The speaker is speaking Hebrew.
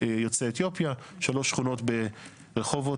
ביוצאי אתיופיה: שלוש שכונות ברחובות,